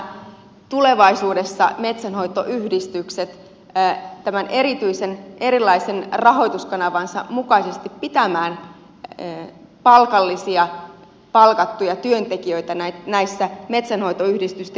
pystyvätkö tulevaisuudessa metsänhoitoyhdistykset tämän erityisen erilaisen rahoituskanavansa mukaisesti pitämään palkallisia palkattuja työntekijöitä näissä metsänhoitoyhdistysten tehtävissä